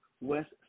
West